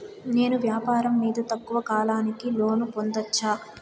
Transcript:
నేను వ్యాపారం మీద తక్కువ కాలానికి లోను పొందొచ్చా?